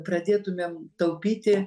pradėtumėm taupyti